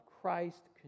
Christ